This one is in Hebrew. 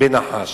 בן נחש,